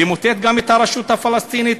למוטט גם את הרשות הפלסטינית?